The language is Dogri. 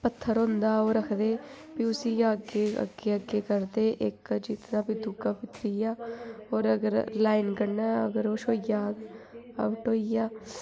पत्थर होंदा ओह् रखदे फिर उसी अग्गें अग्गें अग्गें करदे इक जित्तदा दूआ फिर त्रीया और अगर लाइन कन्नै अगर ओह् छ्होई जाह्ग आउट होई गेआ